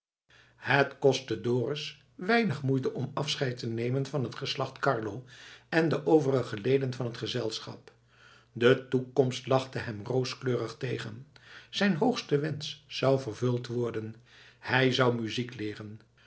het kostte dorus weinig moeite om afscheid te nemen van het geslacht carlo en de overige leden van het gezelschap de toekomst lachte hem rooskleurig tegen zijn hoogste wensch zou vervuld worden hij zou muziek leeren